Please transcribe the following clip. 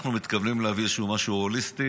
אנחנו מתכוונים להביא משהו הוליסטי,